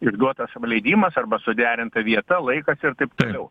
išduotas leidimas arba suderinta vieta laikas ir taip toliau